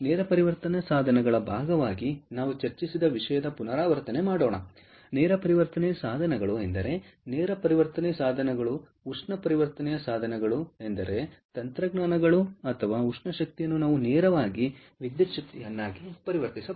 ನೇರ ಪರಿವರ್ತನೆ ಸಾಧನಗಳ ಭಾಗವಾಗಿ ನಾವು ಚರ್ಚಿಸಿದ ವಿಷಯದ ಪುನರಾವರ್ತನೆ ಮಾಡೋಣ ನೇರ ಪರಿವರ್ತನೆ ಸಾಧನಗಳು ಎಂದರೆ ನೇರ ಪರಿವರ್ತನೆ ಸಾಧನಗಳು ಎಂದರೆ ಉಷ್ಣ ಪರಿವರ್ತನೆ ಸಾಧನಗಳು ಎಂದರೆ ತಂತ್ರಜ್ಞಾನಗಳು ಅಥವಾ ಉಷ್ಣ ಶಕ್ತಿಯನ್ನು ನಾವು ನೇರವಾಗಿ ವಿದ್ಯುತ್ ಶಕ್ತಿಗೆ ಪರಿವರ್ತಿಸಬಹುದು